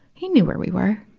he knew where we were!